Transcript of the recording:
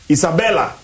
Isabella